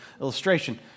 illustration